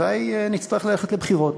אזי נצטרך ללכת לבחירות.